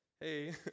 hey